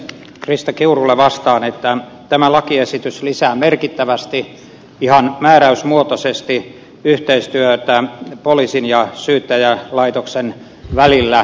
krista kiurulle vastaan että tämä lakiesitys lisää merkittävästi ihan määräysmuotoisesti yhteistyötä poliisin ja syyttäjälaitoksen välillä